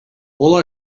all